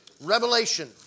Revelation